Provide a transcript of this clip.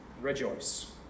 rejoice